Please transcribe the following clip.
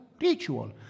ritual